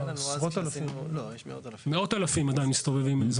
התראה מאוד קצרה, ואני נמצא בכלל באיזור המרכז.